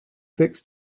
fix